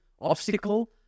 obstacle